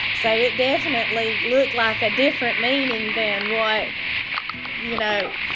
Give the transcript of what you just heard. so it definitely looked like a different meaning than what you know.